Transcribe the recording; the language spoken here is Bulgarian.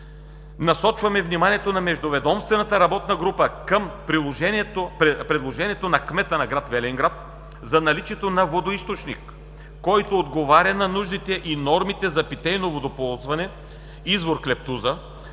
насочваме вниманието на междуведомствената работна група към предложението на кмета на град Велинград, за наличието на водоизточник, който отговаря на нуждите и нормите за питейно водоползване (извор Клептуза)